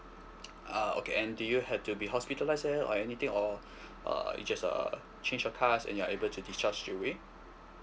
uh okay and do you have to be hospitalised there or anything or err it just err change of cast and you're able to discharge straightaway